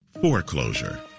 Foreclosure